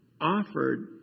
offered